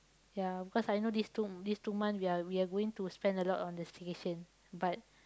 ya because I know these two these two months we are we are going to spend a lot on the staycation but